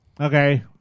Okay